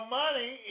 money